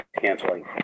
canceling